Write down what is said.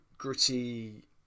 gritty